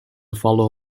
follow